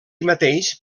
mateix